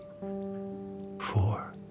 four